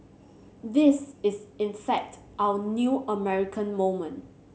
this is in fact our new American moment